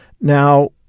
Now